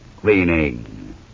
cleaning